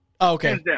Okay